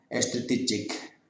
strategic